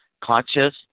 Conscious